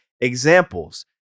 Examples